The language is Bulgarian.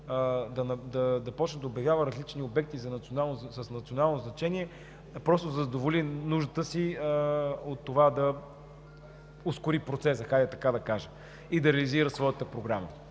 да започне да обявява различни обекти с национално значение просто за да задоволи нуждата си от това да ускори процеса – хайде така да кажа, и да реализира своята програма,